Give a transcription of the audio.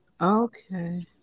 Okay